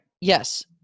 Yes